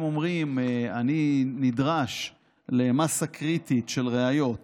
אם אומרים: אני נדרש למאסה קריטית של ראיות